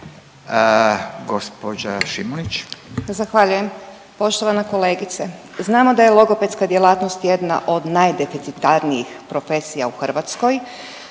(Nezavisni)** Zahvaljujem. Poštovana kolegice, znamo da je logopedska djelatnost jedna od najdeficitarnijih profesija u Hrvatskoj